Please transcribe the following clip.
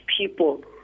people